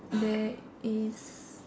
there is